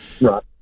Right